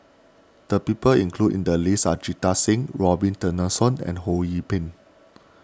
the people included in the list are Jita Singh Robin Tessensohn and Ho Yee Ping